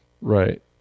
Right